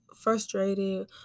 frustrated